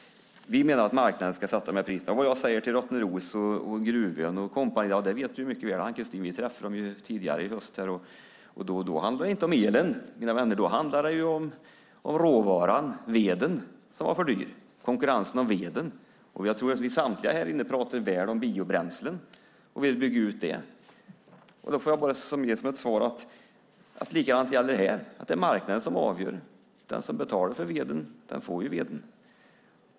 Vi menar att marknaden ska sätta priserna. Vad jag säger till Rottneros, Gruvön och kompani vet du mycket väl, Ann-Kristine, för vi träffade dem ju tidigare i höst. Då handlade det inte om elen, mina vänner, utan då handlade det om råvaran, veden, som var för dyr. Det var konkurrens om veden. Jag tror att samtliga här inne pratar väl om biobränsle och vill bygga ut det. Då får jag som svar säga: Det är likadant här: marknaden avgör - den som betalar för veden får veden.